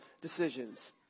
decisions